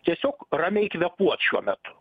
tiesiog ramiai kvėpuot šiuo metu